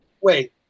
Wait